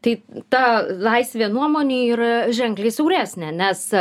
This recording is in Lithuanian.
tai ta laisvė nuomonei yra ženkliai siauresnė nes